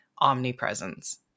omnipresence